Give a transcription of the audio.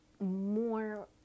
more